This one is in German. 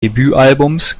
debütalbums